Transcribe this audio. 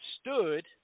stood